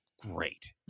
great